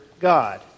God